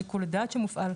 שיקול דעת שמופעל.